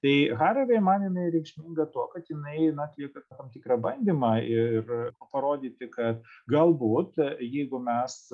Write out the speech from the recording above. tai harvai man jiai reikšminga tuo kad ji na atlieka tam tikrą bandymą ir parodyti kad galbūt jeigu mes